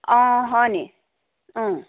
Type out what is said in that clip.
অঁ হয়নি অঁ